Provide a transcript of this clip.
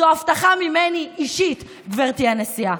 זו הבטחה אישית ממני, גברתי הנשיאה.